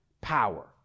power